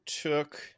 took